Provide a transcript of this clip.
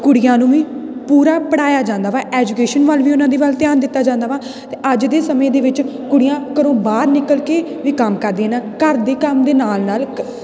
ਕੁੜੀਆਂ ਨੂੰ ਵੀ ਪੂਰਾ ਪੜ੍ਹਾਇਆ ਜਾਂਦਾ ਵਾ ਐਜੂਕੇਸ਼ਨ ਵੱਲ ਵੀ ਉਹਨਾਂ ਦੇ ਵੱਲ ਧਿਆਨ ਦਿੱਤਾ ਜਾਂਦਾ ਵਾ ਅਤੇ ਅੱਜ ਦੇ ਸਮੇਂ ਦੇ ਵਿੱਚ ਕੁੜੀਆਂ ਘਰੋਂ ਬਾਹਰ ਨਿਕਲ ਕੇ ਵੀ ਕੰਮ ਕਰਦੀਆਂ ਇਹਨਾਂ ਘਰ ਦੇ ਕੰਮ ਦੇ ਨਾਲ ਨਾਲ